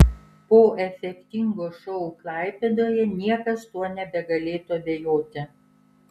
po efektingo šou klaipėdoje niekas tuo nebegalėtų abejoti